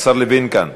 השר לוין כאן.